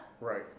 Right